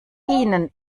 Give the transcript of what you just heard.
ihnen